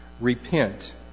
Repent